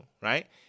right